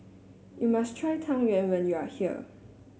you must try Tang Yuen when you are here